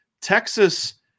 Texas